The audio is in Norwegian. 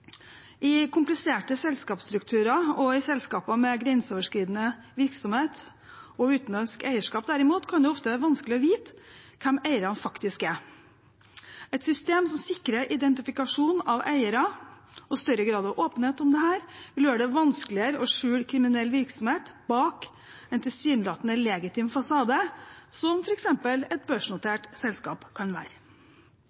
I kompliserte selskapsstrukturer og i selskaper med grenseoverskridende virksomhet og utenlandsk eierskap kan det derimot være vanskelig å vite hvem eierne faktisk er. Et system som sikrer identifikasjon av eiere og større grad av åpenhet om dette, vil gjøre det vanskeligere å skjule kriminell virksomhet bak en tilsynelatende legitim fasade, noe f.eks. et